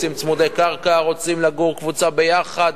רוצים צמודי-קרקע, רוצים לגור קבוצה ביחד,